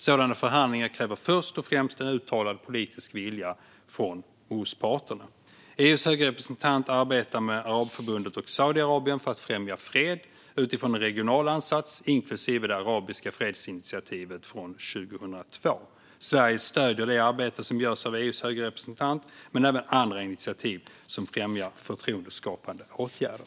Sådana förhandlingar kräver först och främst en uttalad politisk vilja hos parterna. EU:s höga representant arbetar med Arabförbundet och Saudiarabien för att främja fred utifrån en regional ansats, inklusive det arabiska fredsinitiativet från 2002. Sverige stöder det arbete som görs av EU:s höga representant men även andra initiativ som främjar förtroendeskapande åtgärder.